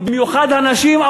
במיוחד הנשים,